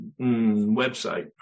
website